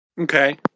Okay